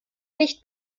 nicht